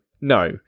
no